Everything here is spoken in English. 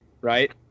right